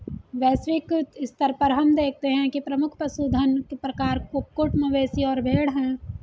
वैश्विक स्तर पर हम देखते हैं कि प्रमुख पशुधन प्रकार कुक्कुट, मवेशी और भेड़ हैं